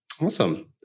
Awesome